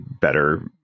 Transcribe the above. better